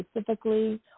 specifically